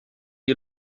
die